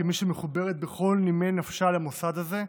כמי שמחוברת בכל נימי נפשה למוסד הזה.